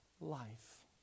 life